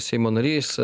seimo narys